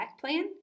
plan